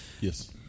yes